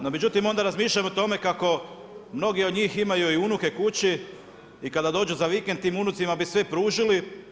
No međutim, onda razmišljam o tome kako mnogi od njih imaju i unuke kući i kada dođu za vikend tim unucima bi sve pružili.